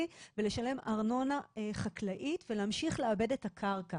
ולשלם ארנונה חקלאית ולהמשיך לעבד את הקרקע